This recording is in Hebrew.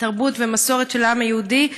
תרבות ומסורת של העם היהודי,